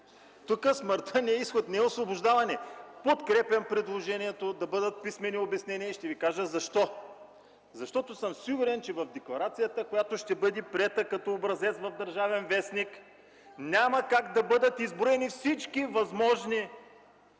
Тук смъртта не е изход, не е освобождаване. Подкрепям предложението обясненията да бъдат писмени и ще Ви кажа защо. Сигурен съм, че в декларацията, която ще бъде приета като образец в “Държавен вестник”, няма как да бъдат изброени всички възможни